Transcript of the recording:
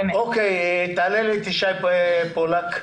תעלו את ישי פולק.